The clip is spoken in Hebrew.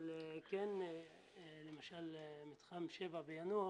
אבל כן למשל מתחם 7 ביאנוח,